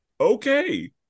okay